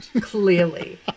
Clearly